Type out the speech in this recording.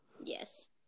yes